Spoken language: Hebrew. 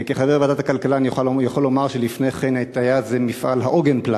כחבר ועדת הכלכלה אני יכול לומר שלפני כן היה זה מפעל "עוגן פלסט",